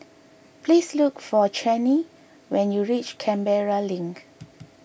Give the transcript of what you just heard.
please look for Chanie when you reach Canberra Link